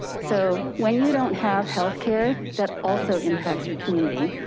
so when you don't have health care, that also impacts our community.